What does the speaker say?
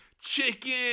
chicken